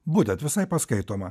būtent visai paskaitoma